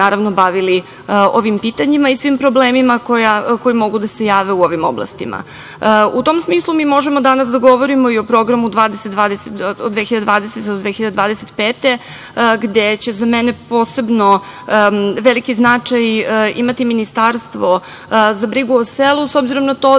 bavili ovim pitanjima i svim problemima koji mogu da se jave u ovim oblastima.U tom smislu, mi možemo da danas govorimo i o programu od 2020. do 2025. godine, gde će za mene posebno veliki značaj imati ministarstvo za brigu o selu, s obzirom na to